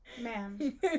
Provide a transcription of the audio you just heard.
Ma'am